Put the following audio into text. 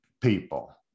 people